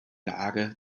lage